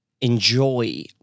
enjoy